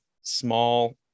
small